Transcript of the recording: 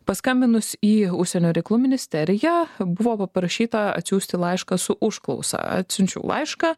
paskambinus į užsienio reikalų ministeriją buvo paprašyta atsiųsti laišką su užklausa atsiunčiau laišką